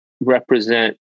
represent